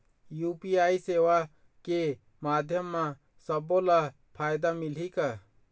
UPI सेवा के माध्यम म सब्बो ला फायदा मिलही का?